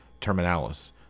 terminalis